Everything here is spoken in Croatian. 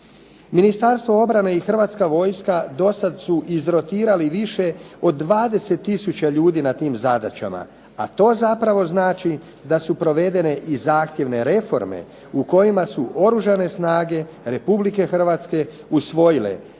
Ministarstvo obrane i Hrvatska vojska dosad su izrotirali više od 20 tisuća ljudi na tim zadaćama, a to zapravo znači da su provedene i zahtjevne reforme u kojima su Oružane snage Republike Hrvatske usvojile